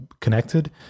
Connected